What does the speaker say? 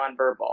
nonverbal